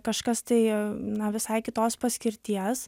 kažkas tai na visai kitos paskirties